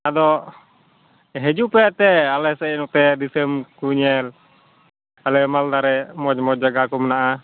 ᱟᱫᱚ ᱦᱤᱡᱩᱜ ᱯᱮ ᱮᱱᱛᱮᱫ ᱟᱞᱮ ᱥᱮᱫ ᱱᱚᱛᱮ ᱫᱤᱥᱟᱹᱢ ᱠᱚ ᱧᱮᱞ ᱟᱞᱮ ᱢᱟᱞᱫᱟ ᱨᱮ ᱢᱚᱡᱽ ᱢᱚᱡᱽ ᱡᱟᱭᱜᱟ ᱠᱚ ᱢᱮᱱᱟᱜᱼᱟ